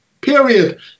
Period